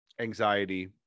anxiety